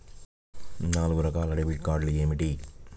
నాలుగు రకాల డెబిట్ కార్డులు ఏమిటి?